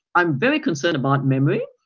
i'm very concerned about memory,